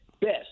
best